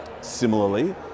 Similarly